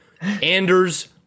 Anders